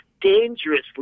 dangerously